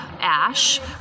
ash